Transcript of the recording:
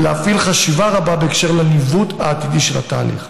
ומפעיל חשיבה רבה בקשר לניווט העתידי של התהליך.